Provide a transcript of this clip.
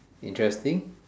interesting